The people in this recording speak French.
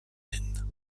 laine